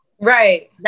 Right